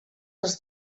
els